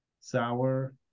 Sour